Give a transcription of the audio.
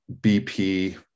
BP